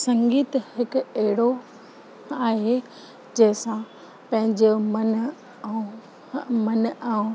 संगीत हिकु अहिड़ो आहे जंहिंसां पंहिंजो मनु ऐं मनु ऐं